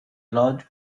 large